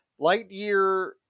Lightyear